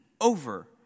over